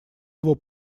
его